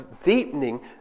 deepening